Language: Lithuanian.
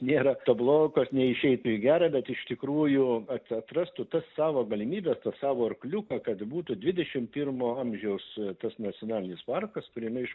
nėra to blogo kas neišeitų į gera bet iš tikrųjų at atrastų tas savo galimybes tą savo arkliuką kad būtų dvidešim pirmo amžiaus tas nacionalinis parkas kuriame iš